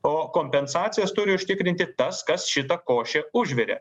o kompensacijos turi užtikrinti tas kas šitą košę užvirė